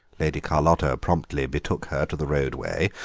lady carlotta promptly betook her to the roadway,